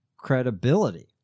credibility